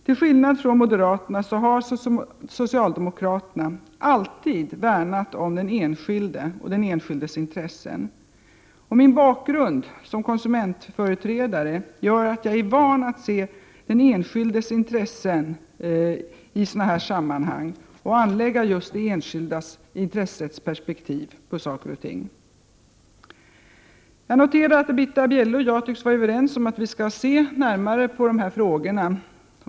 Till skillnad från moderaterna har socialdemokraterna alltid värnat om den enskilde och den enskildes intressen. Min bakgrund som konsumentföreträdare gör att jag är van att se till den enskildes intressen i sådana här sammanhang och anlägga just det enskilda intressets perspektiv på saker och ting. Jag noterar att Britta Bjelle och jag tycks vara överens om att vi skall se närmare på dessa frågor.